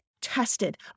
tested